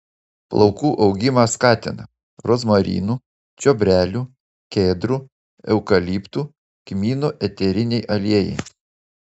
plaukų augimą skatina rozmarinų čiobrelių kedrų eukaliptų kmynų eteriniai aliejai